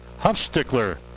Huffstickler